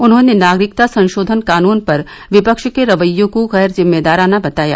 उन्होंने नागरिकता संशोधन कानुन पर विपक्ष के रवैये को गैर जिम्मेदाराना बताया